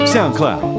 SoundCloud